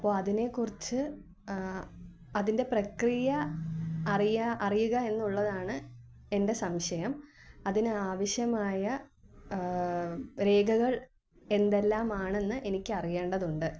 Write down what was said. അപ്പോൾ അതിനെക്കുറിച്ച് അതിൻ്റെ പ്രക്രിയ അറിയാൻ അറിയുക എന്നുള്ളതാണ് എൻ്റെ സംശയം അതിനാവശ്യമായ രേഖകൾ എന്തെല്ലാമാണെന്ന് എനിക്കറിയേണ്ടതുണ്ട്